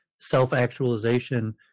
self-actualization